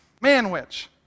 Man-witch